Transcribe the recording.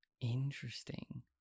Interesting